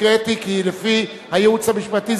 קודם כול, 53 בעד,